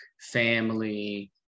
family-